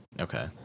Okay